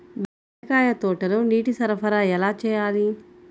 బెండకాయ తోటలో నీటి సరఫరా ఎలా చేయాలి?